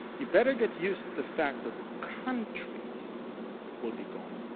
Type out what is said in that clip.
you better get used to the fact that countries will be gone.